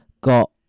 got